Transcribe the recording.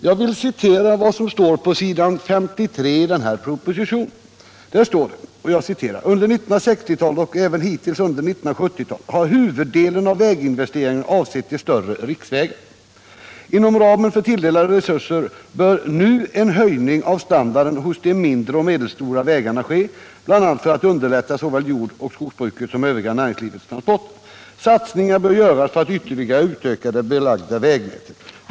Jag vill citera vad som står på s. 53 och 54 i propositionen: ”Under 1960-talet och även hittills under 1970-talet har huvuddelen av väginvesteringarna avsett de större riksvägarna. Inom ramen för tilldelade resurser bör nu en höjning av standarden hos de mindre och medelstora vägarna ske bl.a. för att underlätta såväl jordoch skogsbrukets som övriga näringslivets transporter. Satsningar bör göras för att ytterligare utöka det belagda vägnätet.